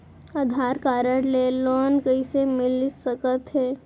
आधार card ले loan कइसे मिलिस सकत हे?